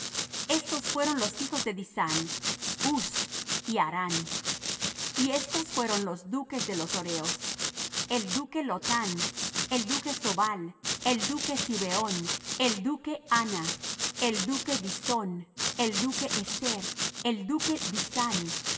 estos fueron los hijos de disán huz y arán y estos fueron los duques de los horeos el duque lotán el duque sobal el duque zibeón el duque ana el duque disón el duque ezer el duque disán